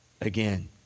again